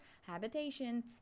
habitation